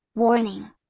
Warning